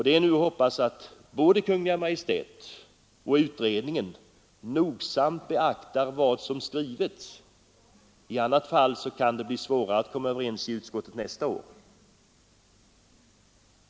Det är nu att hoppas att både Kungl. Maj:t och utredningen nogsamt beaktar vad som skrivits. I annat fall kan det bli svårare att komma överens i utskottet nästa år.